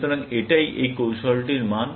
সুতরাং এটাই এই কৌশলটির মান